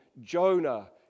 Jonah